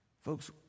Folks